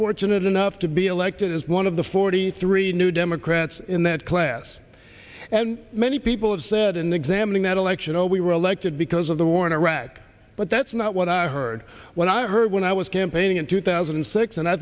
fortunate enough to be elected as one of the forty three new democrats in that class and many people have said in the examining that election oh we were elected because of the war in iraq but that's not what i heard when i heard when i was campaigning in two thousand and six and i